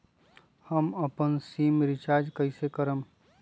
हम अपन SIM recharge कइसे करम?